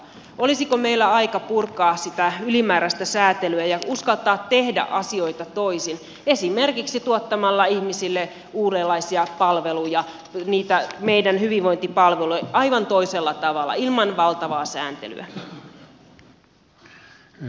olisiko meillä aika purkaa sitä ylimääräistä säätelyä ja uskaltaa tehdä asioita toisin esimerkiksi tuottamalla ihmisille uudenlaisia palveluja niitä meidän hyvinvointipalveluja aivan toisella tavalla ilman valtavaa sääntelyä